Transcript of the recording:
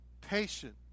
patient